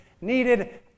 Needed